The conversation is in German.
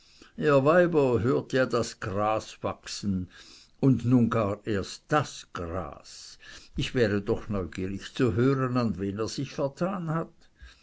hört ja das gras wachsen und nun gar erst das gras ich wäre doch neugierig zu hören an wen er sich vertan hat